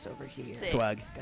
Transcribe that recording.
Swag